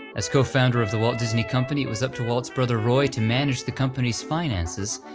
as co-founder of the walt disney company it was up to walt's brother roy to manage the company's finances,